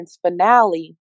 finale